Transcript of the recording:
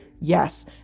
Yes